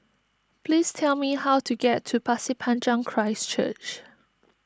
please tell me how to get to Pasir Panjang Christ Church